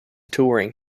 touring